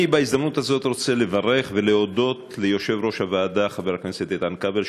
בהזדמנות הזאת אני רוצה לברך את יושב-ראש הוועדה חבר הכנסת איתן כבל,